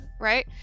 right